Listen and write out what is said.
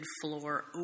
floor